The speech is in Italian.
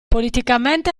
politicamente